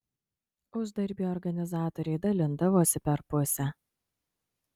uždarbį organizatoriai dalindavosi per pusę